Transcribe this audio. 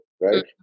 right